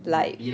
like